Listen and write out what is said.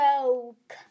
broke